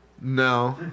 No